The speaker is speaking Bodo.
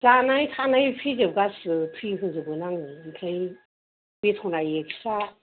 जानाय थानाय फ्रिजोब गासिबो फ्रि होजोबगोन आङो ओमफ्राय बेथ'ना एखस्रा